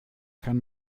kann